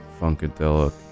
Funkadelic